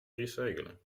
recyclen